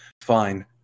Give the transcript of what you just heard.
fine